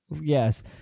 Yes